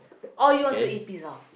oh you want to eat pizza